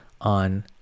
on